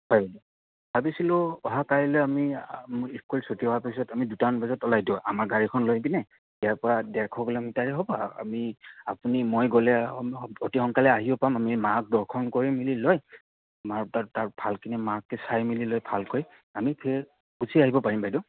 হয় ভাবিছিলোঁ অহা কাইলৈ আমি স্কুল ছুটি হোৱাৰ পিছত আমি দুটামান বজাত ওলাই দিওঁ আমাৰ গাড়ীখন লৈ পিনে ইয়াৰ পৰা ডেৰশ কিলোমিটাৰেই হ'ব আমি আপুনি মই গ'লে অতি সোনকালে আহিব পাম আমি মাক দৰ্শন কৰি মেলি লৈ আমাৰ তাত তাৰ ভালকেনে মাকে চাই মেলি লৈ ভালকৈ আমি ফিৰ গুচি আহিব পাৰিম বাইদেউ